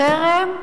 חרם,